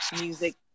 music